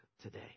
today